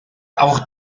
auch